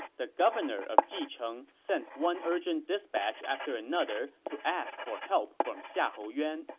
the governor of jicheng sent one urgent dispatch after another to ask for help from xiahou yuan,